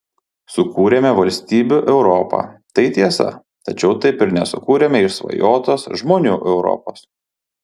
sukūrėme valstybių europą tai tiesa tačiau taip ir nesukūrėme išsvajotos žmonių europos